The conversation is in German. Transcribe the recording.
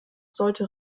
sollte